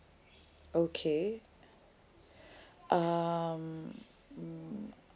okay um